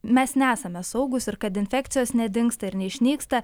mes nesame saugūs ir kad infekcijos nedingsta ir neišnyksta